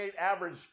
average